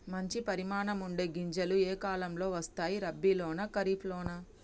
మంచి పరిమాణం ఉండే గింజలు ఏ కాలం లో వస్తాయి? రబీ లోనా? ఖరీఫ్ లోనా?